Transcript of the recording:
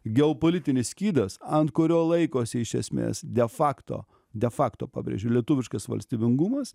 geopolitinis skydas ant kurio laikosi iš esmės de facto de facto pabrėžiu lietuviškas valstybingumas